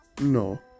no